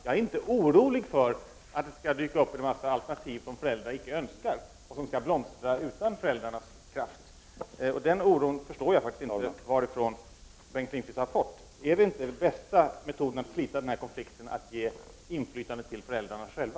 Jag är inte orolig för att det skall dyka upp en mängd alternativ som föräldrar inte önskar, och som skall blomstra utan föräldrarnas kraft. Den oron förstår jag faktiskt inte varifrån Bengt Lindqvist har fått. Är det inte den bästa metoden att slita den här konflikten att ge inflytandet till föräldrarna själva?